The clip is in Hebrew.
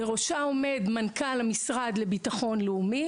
בראשה עומד מנכ"ל המשרד לביטחון לאומי